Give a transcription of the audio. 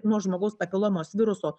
nuo žmogaus papilomos viruso